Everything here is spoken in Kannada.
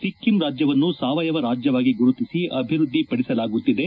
ಸಿಕ್ಕಿಂ ರಾಜ್ಯವನ್ನು ಸಾವಯವ ರಾಜ್ಯವಾಗಿ ಗುರುತಿಸಿ ಅಭಿವೃದ್ಧಿ ಪಡಿಸಲಾಗುತ್ತಿದೆ